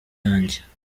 yanjye